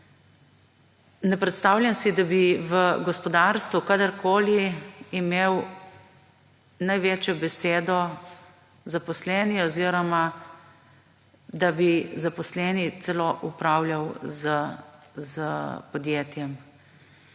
Ne predstavljam si, da bi v gospodarstvu kadarkoli imel največjo besedo zaposleni oziroma da bi zaposleni celo upravljal s podjetjem.